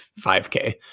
5K